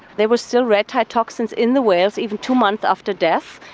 there was still red tide toxins in the whales, even two months after death,